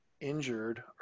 injured